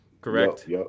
correct